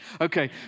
Okay